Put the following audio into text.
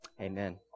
amen